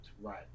right